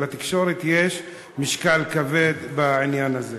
ולתקשורת יש משקל כבד בעניין הזה.